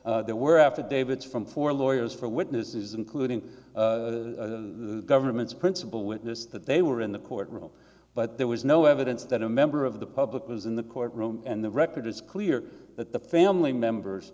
respect there were affidavits from four lawyers for witnesses including the government's principal witness that they were in the court room but there was no evidence that a member of the public was in the court room and the record is clear that the family members